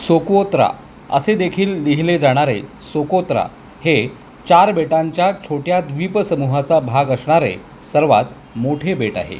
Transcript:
Soqotra असेदेखील लिहिले जाणारे सोकोत्रा हे चार बेटांच्या छोट्या द्वीपसमूहाचा भाग असणारे सर्वांत मोठे बेट आहे